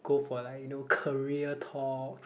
go for like you know career talk